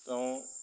তেওঁ